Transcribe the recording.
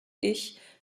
ich